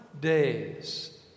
days